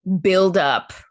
buildup